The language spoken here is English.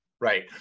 Right